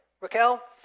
Raquel